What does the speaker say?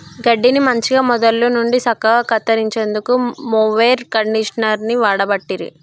గడ్డిని మంచిగ మొదళ్ళ నుండి సక్కగా కత్తిరించేందుకు మొవెర్ కండీషనర్ని వాడబట్టిరి